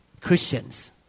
Christians